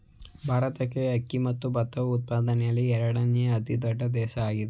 ಭಾರತಕ್ಕೆ ಅಕ್ಕಿ ಮತ್ತು ಭತ್ತದ ಉತ್ಪಾದನೆಯಲ್ಲಿ ಎರಡನೇ ಅತಿ ದೊಡ್ಡ ದೇಶವಾಗಿದೆ